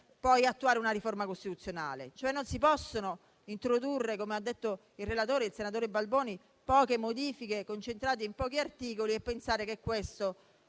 poi attuare una riforma costituzionale. Non si possono introdurre - come ha detto il relatore, il senatore Balboni - poche modifiche concentrate in pochi articoli e pensare che questo